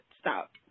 stop